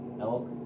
elk